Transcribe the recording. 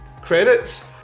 Credits